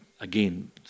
Again